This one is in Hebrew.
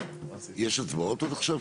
יש עוד הערות למישהו על מה שדיברנו קודם?